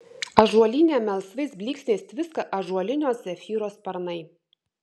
ąžuolyne melsvais blyksniais tviska ąžuolinio zefyro sparnai